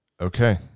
Okay